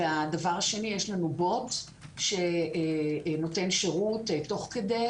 והדבר השני, יש לו בוט שנותן שירות תוך כדי.